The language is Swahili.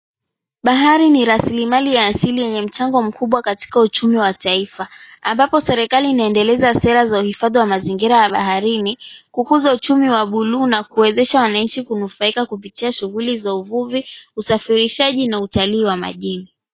Bahari ni rasilimali ya asili yenye mchango mkubwa katika uchumu wa taifa, ambapo serikali inaendeleza sera za uhifadhi wa mazingira baharini, kukuza uchumi wa buluu na kuwezesha wanainchi kunufaika kupitia shughuli za uvuvi, usafirishaji na utalii wa majini.